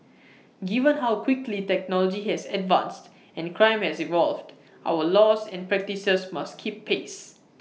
given how quickly technology has advanced and crime has evolved our laws and practices must keep pace